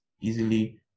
easily